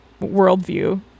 worldview